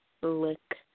Lick